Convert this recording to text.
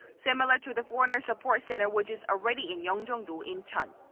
similar to the foreigner support center which is already in yeongjongdo, incheon.